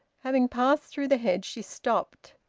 having passed through the hedge, she stopped,